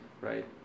right